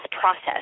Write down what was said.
process